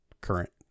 current